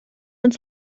und